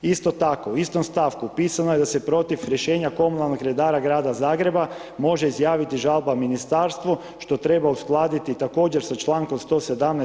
Isto tako, u istom stavku napisano je da se protiv rješenja komunalnog redara Grada Zagreba može izjaviti žalba Ministarstvu što treba uskladiti također sa člankom 117.